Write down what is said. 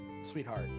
sweetheart